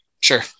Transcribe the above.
Sure